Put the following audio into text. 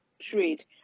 trade